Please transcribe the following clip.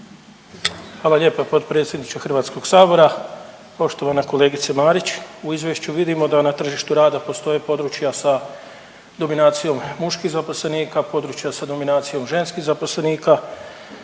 Hvala lijepa potpredsjedniče HS-a. Poštovana kolegice Marić. U izvješću vidimo da na tržištu rada postoje područja sa dominacijom muških zaposlenika, područja sa dominacijom ženskih zaposlenika